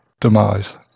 demise